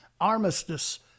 Armistice